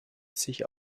sich